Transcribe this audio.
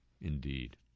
Indeed